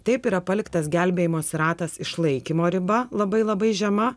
taip yra paliktas gelbėjimosi ratas išlaikymo riba labai labai žema